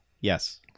Yes